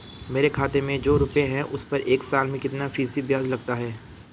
मेरे खाते में जो रुपये हैं उस पर एक साल में कितना फ़ीसदी ब्याज लगता है?